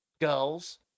girls